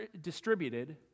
distributed